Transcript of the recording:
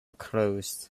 closed